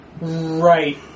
Right